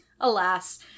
Alas